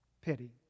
pity